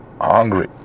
hungry